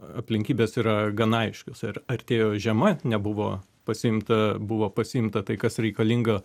aplinkybės yra gana aiškios ir artėjo žiema nebuvo pasiimta buvo pasiimta tai kas reikalinga